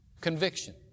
Conviction